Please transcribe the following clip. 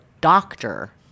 doctor